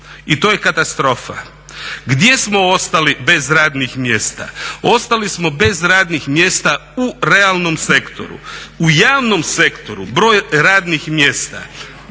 i to je katastrofa. Gdje smo ostali bez radnih mjesta? Ostali smo bez radnih mjesta u realnom sektoru. U javnom sektoru broj radnih mjesta,